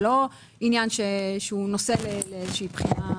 זה לא נושא לבחינה משפטית.